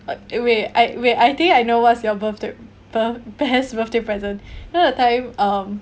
uh eh wait I wait I think I know what's your birthday birth best birthday present you know the time um